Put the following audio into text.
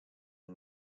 and